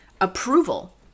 Approval